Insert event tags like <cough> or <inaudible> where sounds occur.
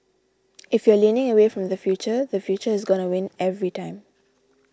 <noise> if you're leaning away from the future the future is gonna win every time